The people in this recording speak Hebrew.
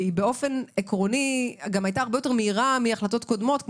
ובאופן עקרוני היא היתה הרבה יותר מהירה מהחלטות קודמות.